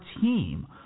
team